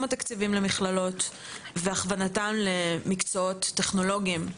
התקציבים למכללות והכוונתם למקצועות טכנולוגיים,